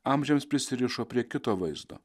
amžiams prisirišo prie kito vaizdo